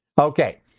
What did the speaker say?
Okay